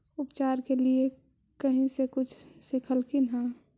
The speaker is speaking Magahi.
उपचार के लीये कहीं से कुछ सिखलखिन हा?